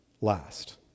last